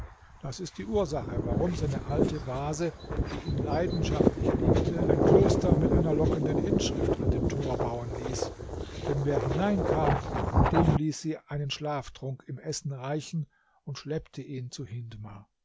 das ist die ursache warum seine alte base die ihn leidenschaftlich liebte ein kloster mit einer lockenden inschrift an dem tor bauen ließ denn wer hineinkam dem ließ sie einen schlaftrunk im essen reichen und schleppte ihn zu hindmar